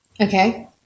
Okay